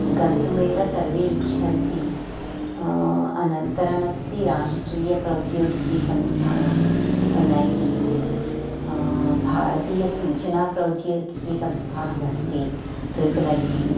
गन्तुमेव सर्वे इच्छन्ति अनन्तरमस्ति राष्ट्रियप्रौद्योगिकीसंस्थानम् एन् ऐ टि इति भारतीयसूचना प्रौद्योगिकीसंस्थानमस्ति ट्रिपल् ऐ टि